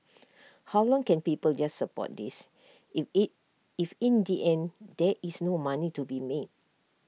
how long can people just support this if IT if in the end there is no money to be made